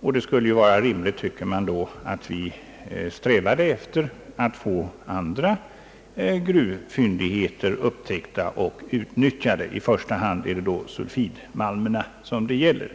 Därför tycker jag att det är rimligt att man strävar efter att upptäcka andra gruvfyndigheter och att utnyttja dessa. I första hand gäller det sulfidmalmerna. Men inte heller